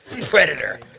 Predator